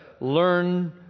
learn